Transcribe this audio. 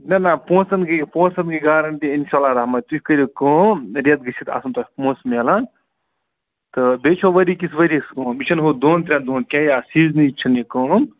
نَہ نَہ پونٛسَن گٔے یہِ پونٛسَن گٔے گارَنٛٹی اِنشاء اللہ رحمٰن تُہۍ کٔرِو کٲم رٮ۪تھ گٔژھِتھ آسَن تۄہہِ پونٛسہٕ میلان تہٕ بیٚیہِ چھو ؤری کِس ؤرِیَس کٲم یہِ چھَنہٕ ہُہ دۄن ترٛٮ۪ن دۄہَن کیٚنٛہہ یا سیٖزنٕے چھِنہٕ یہِ کٲم